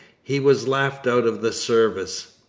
he was laughed out of the service.